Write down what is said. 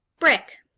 brick